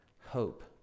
hope